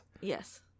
Yes